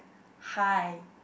hi